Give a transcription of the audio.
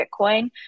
Bitcoin